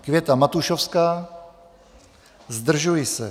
Květa Matušovská: Zdržuji se.